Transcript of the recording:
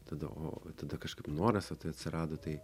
tada o tada kažkaip noras atsirado tai